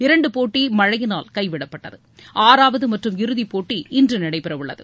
இரண்டு போட்டி மழையினால் கைவிடப்பட்டது ஆறாவது மற்றும் இறுதிப் போட்டி இன்று நடைபெறவுள்ளது